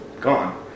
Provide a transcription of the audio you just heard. gone